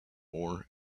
more